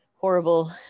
horrible